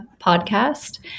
Podcast